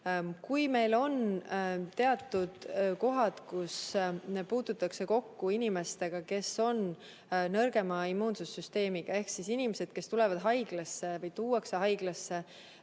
Meil on teatud kohad, kus puututakse kokku inimestega, kes on nõrgema immuunsüsteemiga. Sellised on näiteks inimesed, kes tulevad haiglasse või tuuakse haiglasse,